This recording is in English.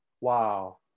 wow